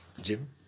Jim